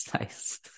nice